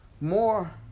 more